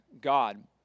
God